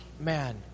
man